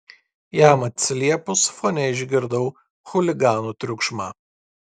jam atsiliepus fone išgirdau chuliganų triukšmą